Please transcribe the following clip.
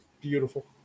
Beautiful